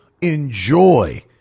enjoy